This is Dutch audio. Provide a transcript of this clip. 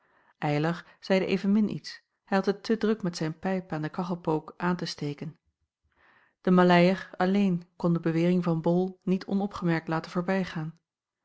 eylar zeide evenmin iets hij had het te druk met zijn pijp aan de kachelpook aan te steken de maleier alleen kon de bewering van bol niet onopgemerkt laten voorbijgaan